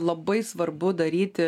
labai svarbu daryti